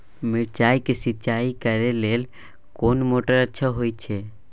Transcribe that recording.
मिर्चाय के सिंचाई करे लेल कोन मोटर अच्छा होय छै?